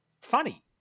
funny